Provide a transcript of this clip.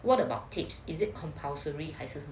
what about tips is it compulsory 还是什么